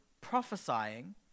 prophesying